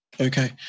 Okay